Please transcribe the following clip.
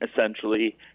essentially